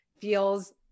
feels